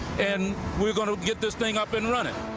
and we're going to get this thing up and running.